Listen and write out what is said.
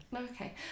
Okay